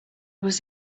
was